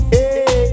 Hey